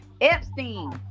Epstein